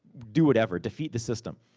do whatever. defeat the system.